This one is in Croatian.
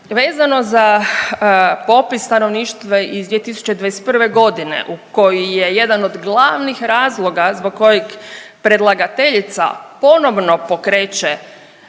Vezano za popis stanovništva iz 2021. godine u kojoj je jedan od glavnih razloga zbog kojeg predlagateljica ponovno pokreće